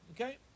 Okay